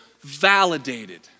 validated